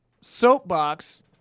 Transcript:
soapbox